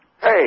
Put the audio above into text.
Hey